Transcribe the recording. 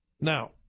Now